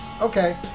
okay